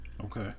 okay